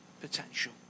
potential